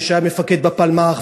ושהיה מפקד בפלמ"ח,